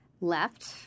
left